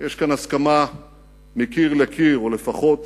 יש כאן הסכמה מקיר לקיר, או לפחות